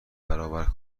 برابر